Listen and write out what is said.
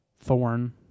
Thorn